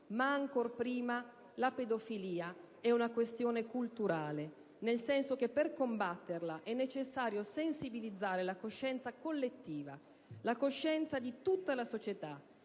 Ancora prima, la pedofilia è una questione culturale, nel senso che per combatterla è necessario sensibilizzare la coscienza collettiva, la coscienza di tutta la società,